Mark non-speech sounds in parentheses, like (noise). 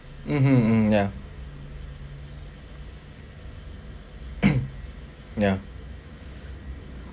mmhmm mm ya (coughs) ya